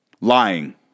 lying